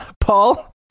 Paul